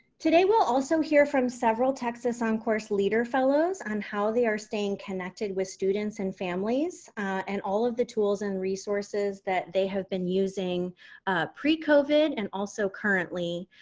today we'll also hear from several texas oncourse leader fellows on how they are staying connected with students and families and all of the tools and resources that they have been using pre-covid and also currently,